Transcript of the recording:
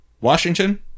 Washington